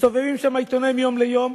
מסתובבים שם עיתונאי "מיום ליום",